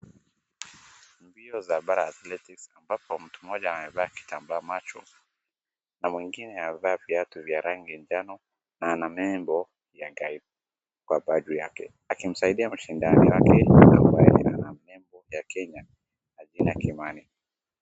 Mbio za para-athletics ambapo mtu mmoja amevaa kitambaa cha macho na mwingine amevaa viatu vya rangi ya njano na nembo ya guide , kwa shati yake, akimsaidia mashindano na mwenye ana nembo ya Kenya na jina Kimani.